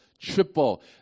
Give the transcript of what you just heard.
triple